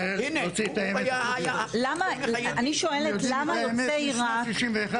אני שואלת, למה יוצא עירק,